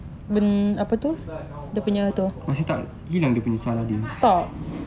masih tak hilang dia punya calar dia